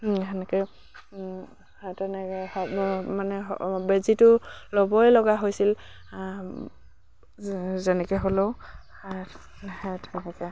সেনেকে তেনেকে মানে বেজিটো ল'বই লগা হৈছিল যেনেকে হ'লেও